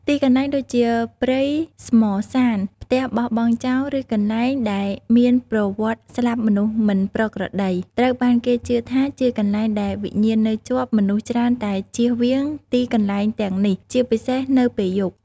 ទីកន្លែងដូចជាព្រៃស្មសាន ផ្ទះបោះបង់ចោល ឬកន្លែងដែលមានប្រវត្តិស្លាប់មនុស្សមិនប្រក្រតី ត្រូវបានគេជឿថាជាកន្លែងដែលវិញ្ញាណនៅជាប់ មនុស្សច្រើនតែជៀសវាងទីកន្លែងទាំងនេះ ជាពិសេសនៅពេលយប់។